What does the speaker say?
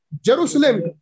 Jerusalem